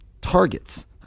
targets